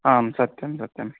आम् सत्यं सत्यम्